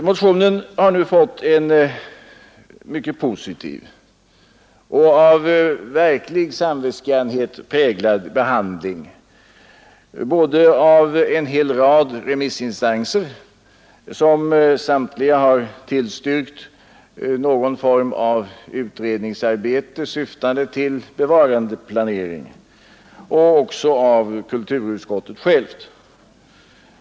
Motionen har nu fått en mycket positiv och av verklig samvetsgrannhet präglad behandling både av en hel rad remissinstanser, som samtliga har tillstyrkt någon form av utredningsarbete syftande till bevarandeplanering, och av kulturutskottet självt.